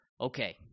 okay